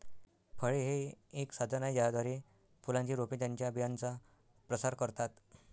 फळे हे एक साधन आहे ज्याद्वारे फुलांची रोपे त्यांच्या बियांचा प्रसार करतात